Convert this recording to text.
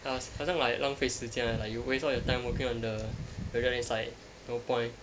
好像 like 浪费时间 like you waste all your time working on the project and then it's like no point